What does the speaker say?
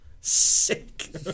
Sick